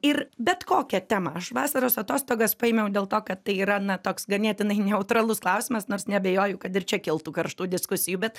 ir bet kokią temą aš vasaros atostogas paėmiau dėl to kad tai yra na toks ganėtinai neutralus klausimas nors neabejoju kad ir čia kiltų karštų diskusijų bet